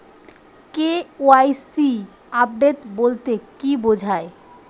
KYC update বলতে কি বোঝায়?